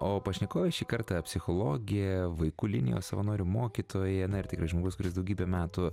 o pašnekovė šį kartą psichologė vaikų linijos savanorių mokytoja na ir tikrai žmogus kuris daugybę metų